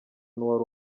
n’uwari